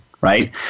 right